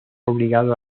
obligado